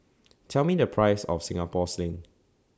Tell Me The Price of Singapore Sling